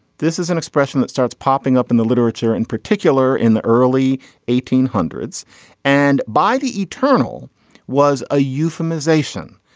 this is an expression that starts popping up in the literature in particular in the early eighteen hundreds and by the eternal was a euphemism asian.